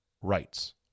rights